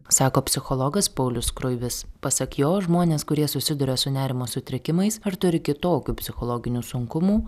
sako psichologas paulius skruibis pasak jo žmonės kurie susiduria su nerimo sutrikimais ar turi kitokių psichologinių sunkumų